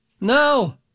no